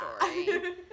story